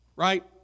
Right